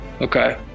okay